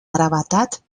gravetat